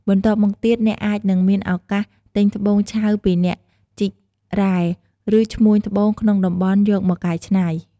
បន្ទាប់មកទៀត អ្នកអាចនឹងមានឱកាសទិញត្បូងឆៅពីអ្នកជីករ៉ែ ឬឈ្មួញត្បូងក្នុងតំបន់យកមកកែច្នៃ។